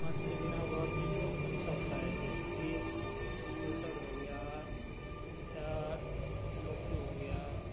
हाथ से बीना हुआ चीज बहुत अच्छा होता है जैसे की सुटर हो गया टोपी हो गया